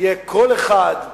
שיהיה קול אחד.